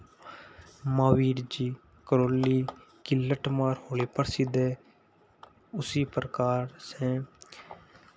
महावीर जी करौली की लट्ठमार होली प्रसिद्ध है उसी प्रकार से